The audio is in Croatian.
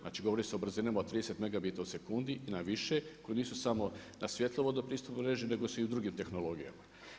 Znači, govori se o brzinama od 30 megabita u sekundi i na više koji nisu samo na svjetlovodno pristupnoj mreži, nego su i u drugim tehnologijama.